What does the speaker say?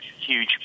huge